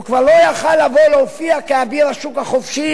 הוא כבר לא יכול היה לבוא ולהופיע כאביר השוק החופשי,